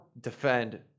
defend